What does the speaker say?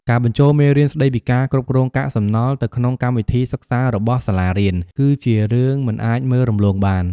ការបញ្ចូលមេរៀនស្តីពីការគ្រប់គ្រងកាកសំណល់ទៅក្នុងកម្មវិធីសិក្សារបស់សាលារៀន គឺជារឿងមិនអាចមើលរំលងបាន។